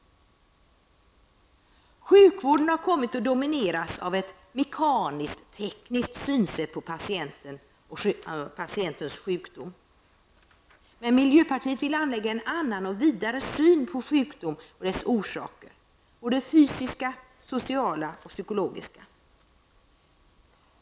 Sjukvården har kommit att domineras av ett mekaniskt-tekniskt synsätt på patienten och patientens sjukdom. Miljöpartiet vill anlägga en annan och vidare syn på sjukdom och dess orsaker, både fysiska, sociala och psykologiska.